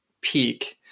peak